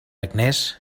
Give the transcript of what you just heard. agnés